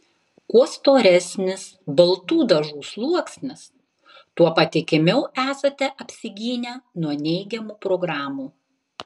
kuo storesnis baltų dažų sluoksnis tuo patikimiau esate apsigynę nuo neigiamų programų